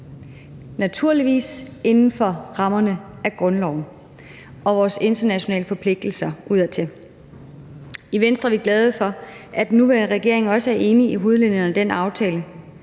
naturligvis inden for rammerne af grundloven og vores internationale forpligtelser udadtil. I Venstre er vi glade for, at den nuværende regering også er enige i hovedlinjerne i den aftale.